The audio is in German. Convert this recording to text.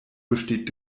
besteht